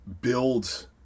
build